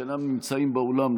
שאינם נמצאים באולם,